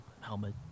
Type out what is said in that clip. helmet